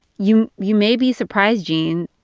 you you may be surprised, gene,